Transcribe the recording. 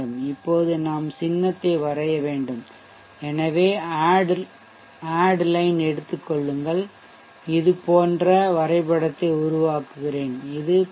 இப்போது நாம் சின்னத்தை வரைய வேண்டும் எனவே add line எடுத்துக் கொள்ளுங்கள் இது போன்ற வரைபடத்தை உருவாக்குகிறேன் இது பி